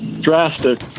drastic